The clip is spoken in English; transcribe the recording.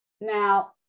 Now